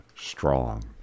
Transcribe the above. strong